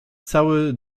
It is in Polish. cały